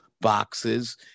boxes